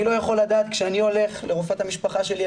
אני לא יכול לדעת כשאני הולך לרופאת המשפחה שלי,